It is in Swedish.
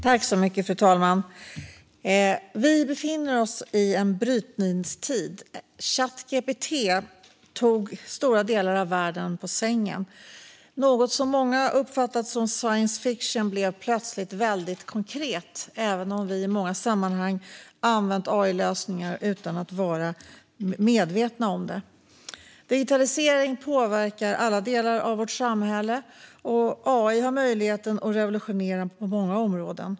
Fru talman! Vi befinner oss i en brytningstid. Chat GPT tog stora delar av världen på sängen. Något många uppfattat som science fiction blev helt plötsligt väldigt konkret, även om vi i många sammanhang använt AI-lösningar utan att vara medvetna om det. Digitalisering påverkar alla delar av vårt samhälle, och AI har möjligheten att revolutionera många områden.